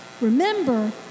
Remember